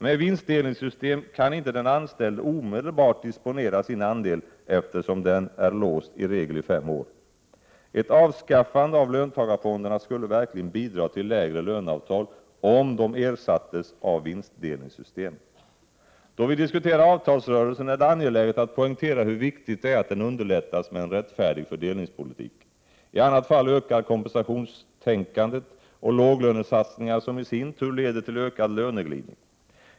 Med vinstdelningssystem kan inte den anställde omedelbart disponera sin andel, eftersom den är låst, i regel i fem år. Ett avskaffande av löntagarfonderna skulle verkligen bidra till lägre löneavtal om de ersattes av vinstdelningssystem. Då vi diskuterar avtalsrörelsen är det angeläget att poängtera hur viktigt det är att den underlättas med en rättfärdig fördelningspolitik. I annat fall ökar kompensationstänkandet och låglönesatsningarna, som i sin tur leder till ökad löneglidning.